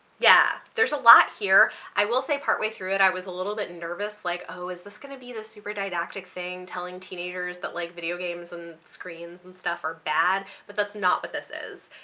yeah there's a lot here. i will say, part way through it i was a little bit nervous like, oh is this going to be the super didactic thing telling teenagers that like video games and screens and stuff are bad? but that's not what this is,